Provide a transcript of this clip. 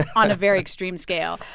on a very extreme scale.